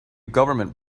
government